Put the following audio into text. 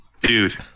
Dude